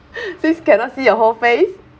since cannot see your whole face